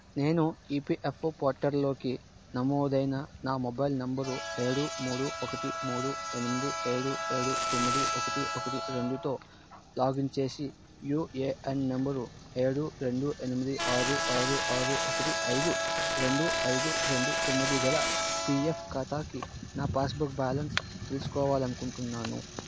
నేను ఈపిఎఫ్ఓ పోర్టల్లోకి నమోదు అయిన నా మొబైలు నంబరు ఏడు మూడు ఒకటి మూడు ఎనిమిది ఏడు ఏడు తొమ్మిది ఒకటి ఒకటి రెండుతో లాగిన్ చేసి యుఏఎన్ అనే నంబరు ఏడు రెండు ఎనిమిది ఆరు ఆరు ఆరు ఒకటి ఐదు రెండు ఐదు రెండు తొమ్మిది గల పిఎఫ్ ఖాతాకి నా పాస్ బుక్ బ్యాలెన్స్ తీసుకోవాలి అనుకుంటున్నాను